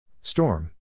Storm